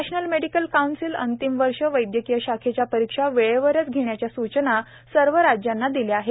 national medical कौन्सिलने अंतिम वर्ष वैद्यकीय शाखेच्या परीक्षा वेळेवरच घेण्याच्या सूचना सर्वच राज्यांना दिल्या आहेत